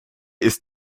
ist